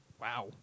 Wow